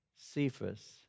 Cephas